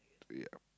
ya